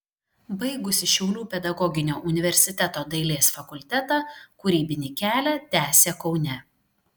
baigusi šiaulių pedagoginio universiteto dailės fakultetą kūrybinį kelią tęsė kaune